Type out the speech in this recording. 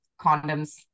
condoms